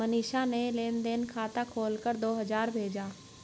मनीषा ने लेन देन खाता खोलकर दो हजार भेजा